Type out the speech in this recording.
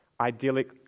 idyllic